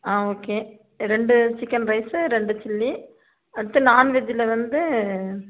ஆ okay ரெண்டு chicken rice ரெண்டு chilli அடுத்து நான்வெஜ்ஜில் வந்து